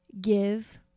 give